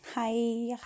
Hi